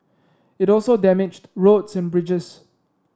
it also damaged roads and bridges